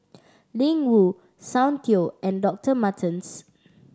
Ling Wu Soundteoh and Doctor Martens